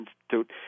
Institute